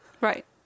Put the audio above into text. Right